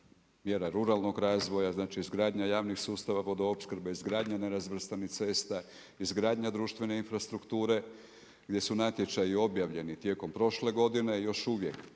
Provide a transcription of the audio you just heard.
mjera ruralnog razvoja, znači izgradnja javnih sustava vodoopskrbe, izgradnja nerazvrstanih cesta, izgradnja društvene infrastrukture gdje su natječaji objavljeni tijekom prošle godine i još uvijek,